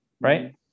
right